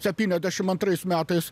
septyniasdešimt antrais metais